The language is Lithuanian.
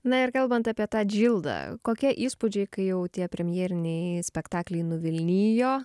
na ir kalbant apie tą džildą kokie įspūdžiai kai jau tie premjeriniai spektakliai nuvilnijo